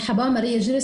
שמי מריה ג'יריס,